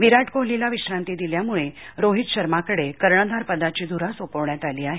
विराट कोहलीला विश्रांतीदिल्यामुळे रोहित शर्माकडे कर्णधार पदाची धुरा सोपवण्यात आली आहे